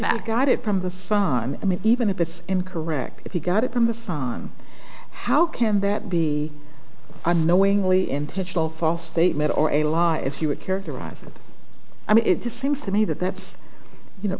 back got it from the sun i mean even if it's incorrect if he got it from the sun how can that be unknowingly intentional false statement or a lie if you would characterize i mean it just seems to me that that's you